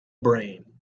brain